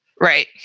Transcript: Right